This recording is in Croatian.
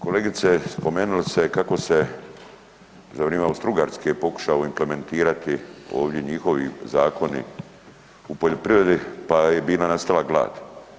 Kolegice, spomenuli ste kako se za vrijeme Austro-Ugarske pokušao implementirati ovdje njihovi zakoni u poljoprivredi, pa je bila nastala glad.